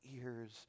ears